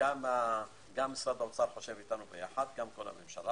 שגם משרד האוצר חושב כך, גם הממשלה.